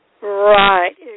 Right